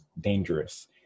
dangerous